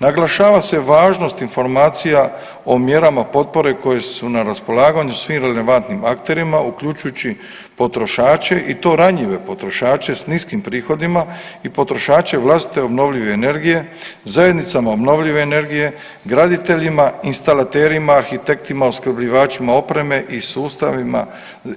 Naglašava se važnost informacija o mjerama potpore koje su na raspolaganju svim relevantnim akterima uključujući potrošače i to ranjive potrošače s niskim prihodima i potrošače vlastite obnovljive energije, zajednicama obnovljive energije, graditeljima, instalaterima, arhitektima, opskrbljivačima opreme i sustavima